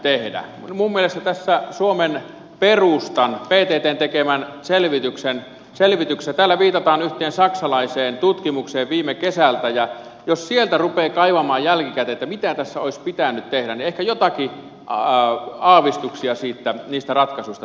minun mielestäni tässä suomen perustan pttn tekemässä selvityksessä viitataan yhteen saksalaiseen tutkimukseen viime kesältä ja jos sieltä rupeaa kaivamaan jälkikäteen mitä tässä olisi pitänyt tehdä niin ehkä jotakin aavistuksia niistä ratkaisuista saadaan